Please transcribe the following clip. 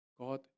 God